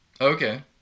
Okay